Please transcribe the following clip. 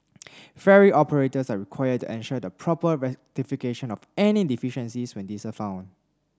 ferry operators are required to ensure the proper rectification of any deficiencies when these are found